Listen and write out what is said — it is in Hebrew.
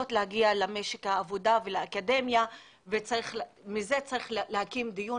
להגיע למשק העבודה ולאקדמיה ועל זה צריך לקיים דיון